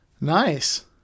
nice